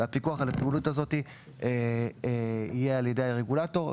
והפיקוח על הפעילות הזו תהיה על ידי הרגולטור,